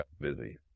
busy